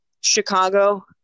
chicago